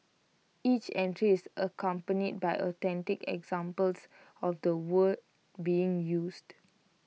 each entry is accompanied by authentic examples of the word being used